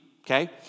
okay